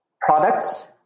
products